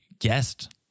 guest